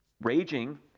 Raging